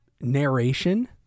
narration